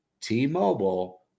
T-Mobile